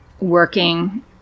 working